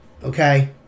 Okay